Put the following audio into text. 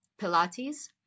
Pilates